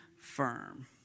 firm